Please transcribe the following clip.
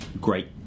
great